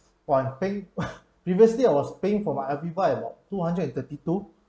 hwan peng previously I was paying for my AVIVA at about two hundred and thirty two